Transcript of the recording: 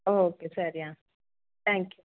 okay ಸರಿ ಹಾಂ thank you